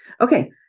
Okay